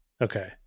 Okay